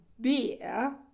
beer